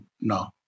no